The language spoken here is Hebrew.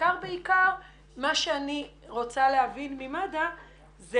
בעיקר אני רוצה להבין ממד"א זה